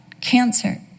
cancer